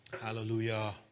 Hallelujah